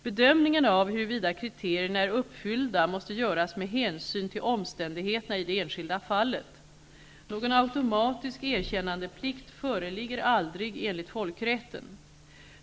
Bedömningen av huruvida kriterierna är uppfyllda måste göras med hänsyn till omständigheterna i det enskilda fallet. Någon automatisk erkännandeplikt föreligger aldrig enligt folkrätten.